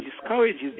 discourages